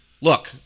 look